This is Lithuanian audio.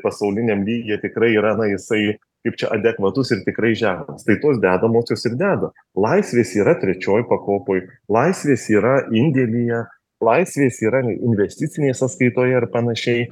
pasauliniam lygyje tikrai yra na jisai kaip čia adekvatus ir tikrai žemas tai tos dedamosios ir deda laisvės yra trečioj pakopoj laisvės yra indėlyje laisvės yra investicinėj sąskaitoje ir panašiai